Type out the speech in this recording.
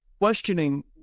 questioning